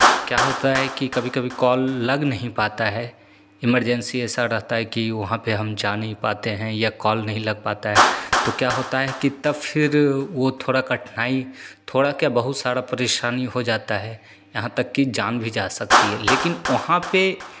क्या होता है कि कभी कभी कॉल लग नहीं पाता है इमरजेंसी ऐसा रहता है कि वहाँ पे हम जा नहीं पाते हैं या कॉल नहीं लग पाता है तो क्या होता है कि तब फिर वो थोड़ा कठिनाई थोड़ा क्या बहुत सारा परेशानी हो जाता है यहाँ तक की जान भी जा सकती है लेकिन वहाँ पे